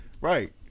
Right